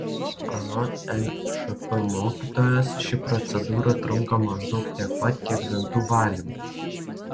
anot nšp mokytojos ši procedūra trunka maždaug tiek pat kiek dantų valymas